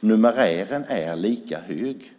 Numerären är lika stor.